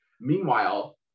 Meanwhile